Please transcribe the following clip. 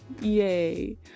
yay